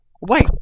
Wait